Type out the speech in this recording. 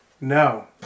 No